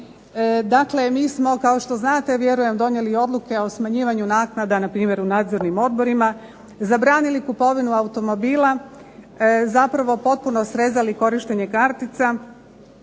Dakle, mi smo kao što znate vjerujem donijeli odluke o smanjivanju naknada na primjer u nadzornim odborima, zabranili kupovinu automobila, zapravo potpuno srezali korištenje kartica